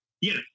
Yes